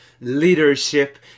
leadership